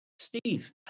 Steve